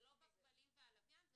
זה לא בכבלים והלוויין,